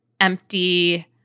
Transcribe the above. empty